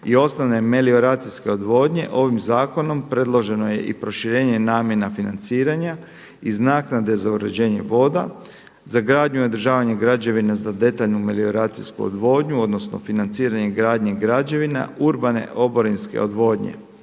i osnovne melioracijske odvodnje, ovim zakonom predloženo je i proširenje namjena financiranja iz naknade za uređenje voda, za gradnju i održavanje građevina za detaljnu melioracijsku odvodnju, odnosno financiranje gradnje građevina, urbane oborinske odvodnje.